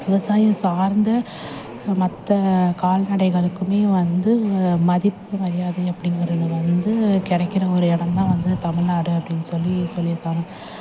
விவசாயம் சார்ந்த மற்ற கால்நடைகளுக்குமே வந்து மதிப்பு மரியாதை அப்படிங்கறது வந்து கிடைக்கிற ஒரு இடந்தான் வந்து தமிழ்நாடு அப்படின் சொல்லி சொல்லியிருக்காங்க